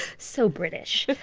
so british.